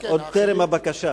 טרם הבקשה.